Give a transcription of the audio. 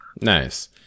nice